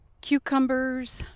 Cucumbers